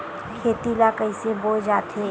खेती ला कइसे बोय जाथे?